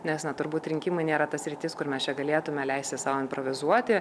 nes na turbūt rinkimai nėra ta sritis kur mes čia galėtume leisti sau improvizuoti